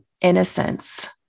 innocence